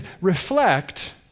reflect